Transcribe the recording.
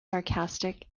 sarcastic